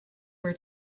were